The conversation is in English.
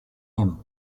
him